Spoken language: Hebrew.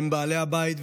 והם בעלי הבית.